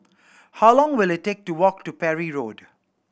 how long will it take to walk to Parry Road